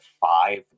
five